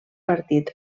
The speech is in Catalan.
partit